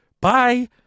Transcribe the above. bye